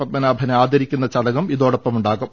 പത്മനാഭനെ ആദരിക്കുന്ന ചടങ്ങും ഇതോടൊപ്പം ഉണ്ടാകും